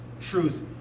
truth